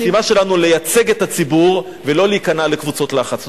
המשימה שלנו היא לייצג את הציבור ולא להיכנע לקבוצות לחץ.